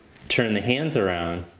turn the hands around.